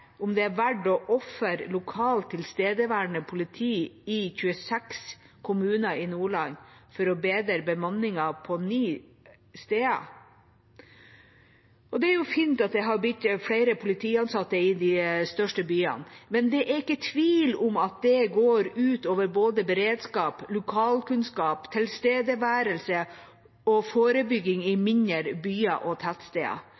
om det er verdt å ofre lokalt tilstedeværende politi i 26 kommuner i Nordland for å bedre bemanningen på ni steder. Det er fint at det har blitt flere politiansatte i de største byene, men det er ikke tvil om at det går ut over både beredskap, lokalkunnskap, tilstedeværelse og forebygging i mindre byer og tettsteder.